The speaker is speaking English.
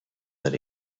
that